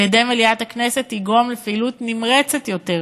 על-ידי מליאת הכנסת יגרום לפעילות נמרצת יותר